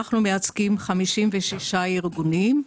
אנחנו מייצגים 56 ארגונים,